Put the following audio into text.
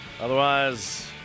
Otherwise